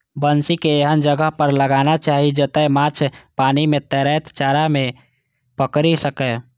बंसी कें एहन जगह पर लगाना चाही, जतय माछ पानि मे तैरैत चारा कें पकड़ि सकय